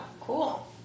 cool